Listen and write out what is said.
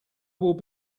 will